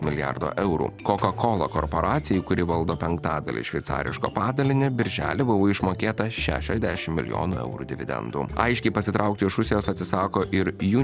milijardo eurų coca cola korporacijai kuri valdo penktadalį šveicariško padalinio birželį buvo išmokėta šešiasdešim milijonų eurų dividendų aiškiai pasitraukti iš rusijos atsisako ir jų